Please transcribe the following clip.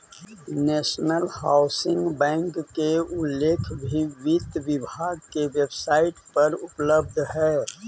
national housing bank के उल्लेख भी वित्त विभाग के वेबसाइट पर उपलब्ध हइ